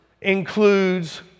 includes